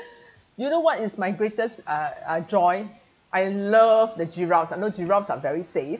you know what is my greatest uh uh joy I love the giraffes I know giraffes are very safe